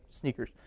sneakers